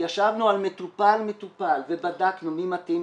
ישבנו על מטופל-מטופל ובדקנו מי מתאים,